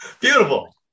Beautiful